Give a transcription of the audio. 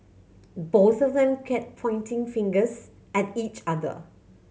both of them kept pointing fingers at each other